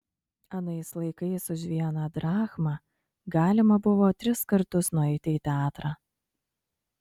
anais laikais už vieną drachmą galima buvo tris kartus nueiti į teatrą